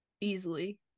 easily